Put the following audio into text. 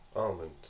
Almond